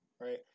right